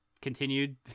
continued